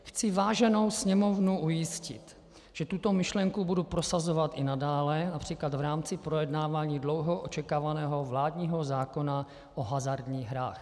Chci váženou Sněmovnu ujistit, že tuto myšlenku budu prosazovat i nadále, například v rámci projednávání dlouho očekávaného vládního zákona o hazardních hrách.